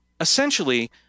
essentially